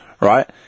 right